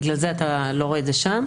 בגלל זה אתה לא רואה את זה שם.